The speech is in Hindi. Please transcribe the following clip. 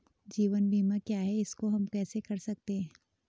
जीवन बीमा क्या है इसको हम कैसे कर सकते हैं?